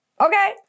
Okay